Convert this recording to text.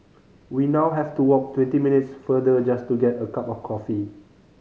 we now have to walk twenty minutes farther just to get a cup of coffee